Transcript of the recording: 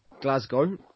Glasgow